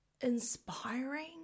inspiring